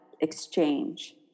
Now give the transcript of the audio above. exchange